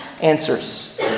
answers